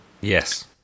Yes